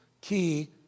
key